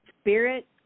spirit